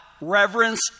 reverence